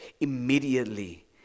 immediately